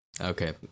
Okay